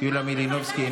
יוליה מלינובסקי,